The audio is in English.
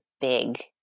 big